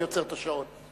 אני עוצר את השעון.